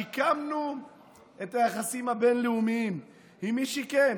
שיקמנו את היחסים הבין-לאומיים, עם מי שיקם?